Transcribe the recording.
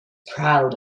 proud